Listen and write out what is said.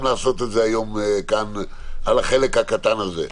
לעשות את זה היום כאן על החלק הקטן הזה.